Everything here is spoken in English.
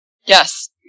Yes